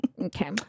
Okay